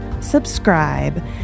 subscribe